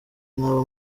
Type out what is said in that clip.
mwaba